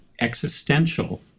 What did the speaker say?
existential